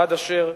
עד אשר,